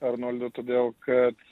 arnoldu todėl kad